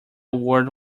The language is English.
word